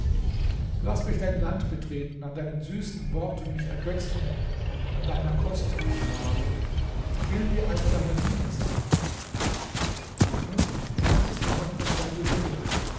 laß mich dein land betreten an deinen süßen worten mich ergötzen und an deiner kost mich laben ich will wie einer deiner diener sein nun in gottes namen das sei dir gewährt